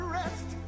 rest